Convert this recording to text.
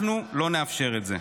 אנחנו לא נאפשר את זה.